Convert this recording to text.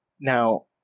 Now